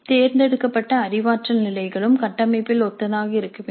தேர்ந்தெடுக்கப்பட்ட அறிவாற்றல் நிலைகளும் கட்டமைப்பில் ஒத்ததாக இருக்க வேண்டும்